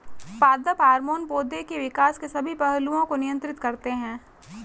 पादप हार्मोन पौधे के विकास के सभी पहलुओं को नियंत्रित करते हैं